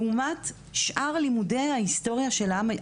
לעומת שאר לימודי ההיסטוריה של העם היהודי,